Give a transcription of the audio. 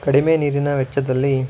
ಕಡಿಮೆ ನೀರಿನ ವೆಚ್ಚದಲ್ಲಿ